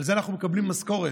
על זה אנחנו מקבלים משכורת.